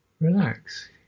relax